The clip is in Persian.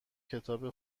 کتاب